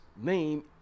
name